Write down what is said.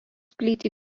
plyti